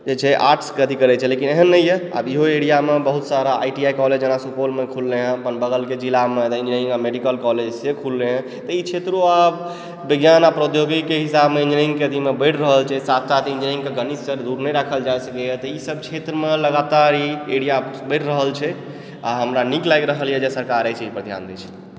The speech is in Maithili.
जे छै आर्ट्सके एथी करैया लेकिन एहन नहि यऽ आब इहो एरियामे बहुत सारा आईटीआई कॉलेज जेना सुपौलमे खुललै हँ अपन बगलके जिलामे मेडिकलके ई खुललै हँ तऽ ई क्षेत्रो आब विज्ञान आ प्रौद्योगिकीके दिशामे इंजीनियरिंगके एथीमे बढ़ि रहल छै साथ साथ इंजीनियरिंगके गणित सबसँ दूर नहि राखल जा सकैया तऽ ई सब क्षेत्रमे लगातार ई एरिया बढ़ि रहल छै आ हमरा नीक लागि रहल यऽ जे सरकार एहि चीज पर ध्यान दे रहल अछि